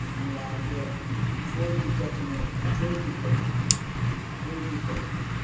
हमरा अरके कोइ दिक्कत नहि कोइ दिक्कत नहि कोइ दिक्कत नहि